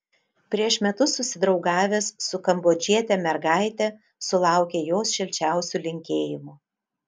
prieš metus susidraugavęs su kambodžiete mergaite sulaukė jos šilčiausių linkėjimų